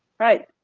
right,